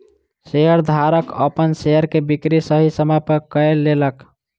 शेयरधारक अपन शेयर के बिक्री सही समय पर कय लेलक